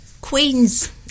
queens